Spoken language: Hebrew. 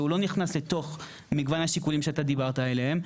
שהוא לא נכנס לתוך מגוון השיקולים שאתה דיברת עליהם.